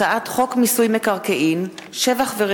הצעת חוק שירות ביטחון (תיקון,